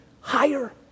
higher